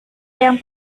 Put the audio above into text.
yang